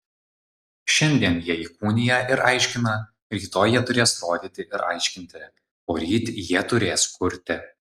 šiandien jie įkūnija ir aiškina rytoj jie turės rodyti ir aiškinti poryt jie turės kurti